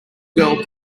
girl